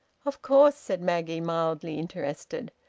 of course, said maggie, mildly interested.